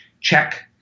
check